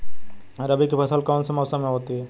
रबी की फसल कौन से मौसम में होती है?